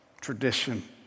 tradition